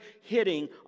hitting